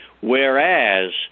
whereas